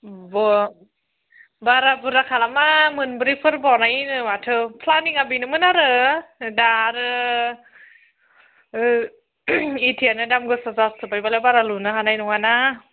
बारा बुरजा खालामा मोनब्रैफोर बनायो नो माथो प्लानिंआ बेनोमोन आरो दा आरो इथायानो दाम गोसा जासोबायबालाय बारा बुरजा लुनो हानाय नङा ना